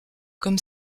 comme